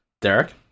Derek